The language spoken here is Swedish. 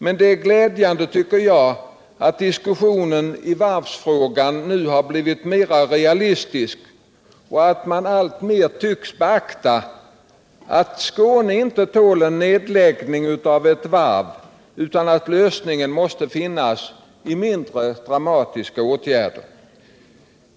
Men jag tycker att det är glädjande att diskussionen i varvsfrågan nu har blivit mera realistisk och att man alltmer tycks beakta att Skåne inte tål nedläggning av ett varv utan att lösningen måste sökas i mindre dramatiska åtgärder.